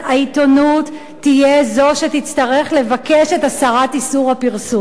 העיתונות היא שתצטרך לבקש את הסרת איסור הפרסום.